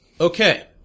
Okay